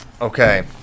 Okay